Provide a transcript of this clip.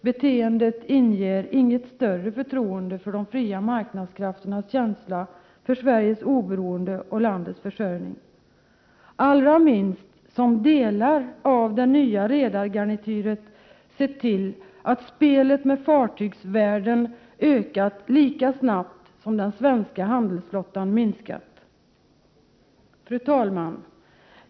Beteendet inger inget större förtroende för de fria marknadskrafternas känsla för Sveriges oberoende och landets försörjning — allra minst som delar av det nya redargarnityret sett till att spelet med fartygsvärden ökat lika ' snabbt som den svenska handelsflottan minskat. Fru talman!